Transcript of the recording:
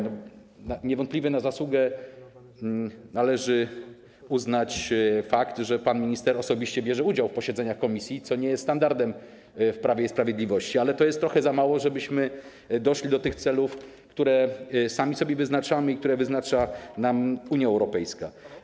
Niewątpliwie za zasługę należy uznać fakt, że pan minister bierze osobiście udział w posiedzeniach komisji, co nie jest standardem w Prawie i Sprawiedliwości, ale to jest trochę za mało, żebyśmy doszli do tych celów, które sami sobie wyznaczamy i które wyznacza nam Unia Europejska.